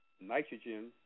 nitrogen